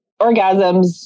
orgasms